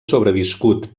sobreviscut